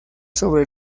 sobre